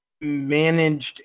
managed